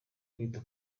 kwita